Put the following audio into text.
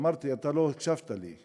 אמרתי, אתה לא הקשבת לי.